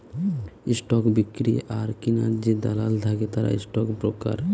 stock বিক্রি আর কিনার যে দালাল থাকে তারা স্টক ব্রোকার